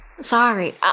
Sorry